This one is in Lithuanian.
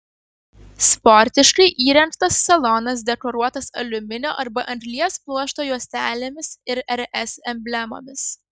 sportiškai įrengtas salonas dekoruotas aliuminio arba anglies pluošto juostelėmis ir rs emblemomis